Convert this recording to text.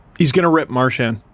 he's gonna rip marchand.